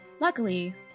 Luckily